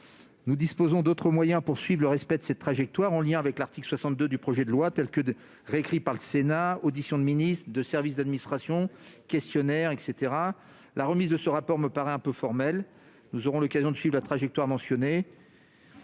Nous disposons d'autres moyens pour suivre le respect de cette trajectoire, en lien avec l'article 62, tel qu'il a été réécrit par le Sénat : auditions de ministres ou de représentants des services d'administration, questionnaires ... La remise d'un tel rapport me paraîtrait un peu formelle. Nous aurons l'occasion de suivre la trajectoire mentionnée.